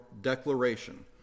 declaration